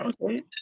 okay